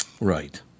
right